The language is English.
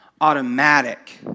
automatic